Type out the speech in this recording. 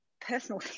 personal